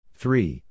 three